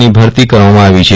ની ભરતી કરવામાં આવી છે